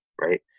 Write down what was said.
right